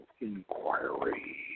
Inquiry